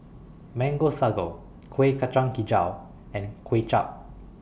Mango Sago Kueh Kacang Hijau and Kway Chap